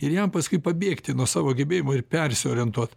ir jam paskui pabėgti nuo savo gebėjimų ir persiorientuot